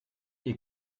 ihr